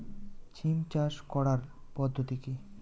সিম চাষ করার পদ্ধতি কী?